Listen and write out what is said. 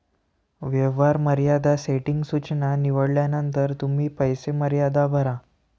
व्यवहार मर्यादा सेटिंग सूचना निवडल्यानंतर तुम्ही पैसे मर्यादा भरा